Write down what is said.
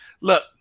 look